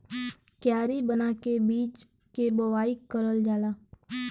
कियारी बना के बीज के बोवाई करल जाला